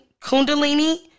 kundalini